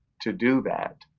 to do that,